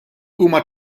huma